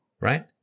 Right